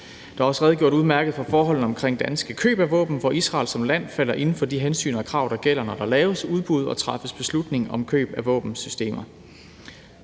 Der er også redegjort udmærket for forholdene omkring danske køb af våben, hvor Israel som land falder inden for de hensyn og krav, der gælder, når der laves udbud og træffes beslutning om køb af våbensystemer.